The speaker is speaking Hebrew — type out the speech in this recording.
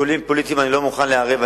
שיקולים פוליטיים אני לא מוכן לערב,